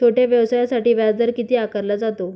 छोट्या व्यवसायासाठी व्याजदर किती आकारला जातो?